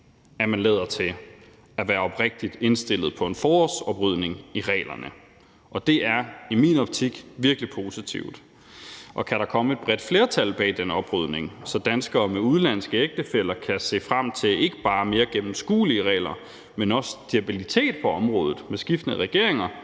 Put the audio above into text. at man lader til at være oprigtigt indstillet på en forårsoprydning i reglerne – og det er i min optik virkelig positivt. Og kan der komme et bredt flertal bag den oprydning, så danskere med udenlandske ægtefæller kan se frem til ikke bare mere gennemskuelige regler, men også stabilitet på området i forhold til skiftende regeringer,